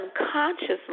unconsciously